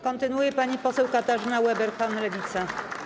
Kontynuuje pani poseł Katarzyna Ueberhan, Lewica.